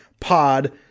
Pod